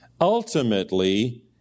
Ultimately